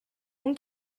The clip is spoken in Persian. اون